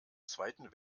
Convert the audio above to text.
zweiten